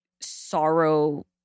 sorrow